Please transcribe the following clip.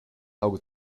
auge